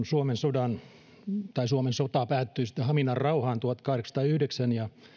suomen sodassa tuo suomen sota päättyi sitten haminan rauhaan tuhatkahdeksansataayhdeksän ja